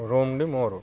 ରୁମଟି ମୋର